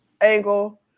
angle